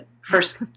first